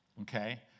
okay